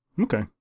Okay